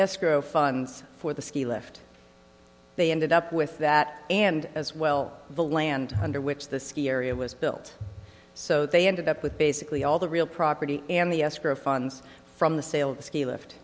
escrow funds for the ski lift they ended up with that and as well the land under which the ski area was built so they ended up with basically all the real property and the escrow funds from the sale of the ski lift